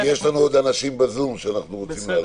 כי יש לנו עוד אנשים בזום שאנחנו רוצים להעלות.